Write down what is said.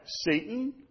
Satan